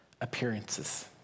appearances